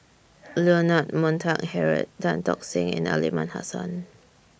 Leonard Montague Harrod Tan Tock Seng and Aliman Hassan